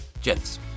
Gents